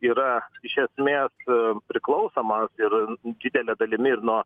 yra iš esmės priklausomas ir didele dalimi ir nuo